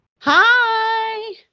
Hi